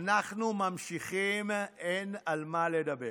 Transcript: אנחנו ממשיכים, אין על מה לדבר.